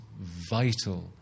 vital